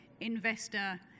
investor